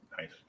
Nice